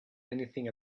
anything